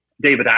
David